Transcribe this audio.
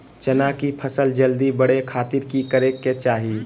चना की फसल जल्दी बड़े खातिर की करे के चाही?